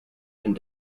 and